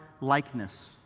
likeness